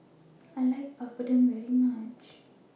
I like Papadum very much